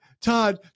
Todd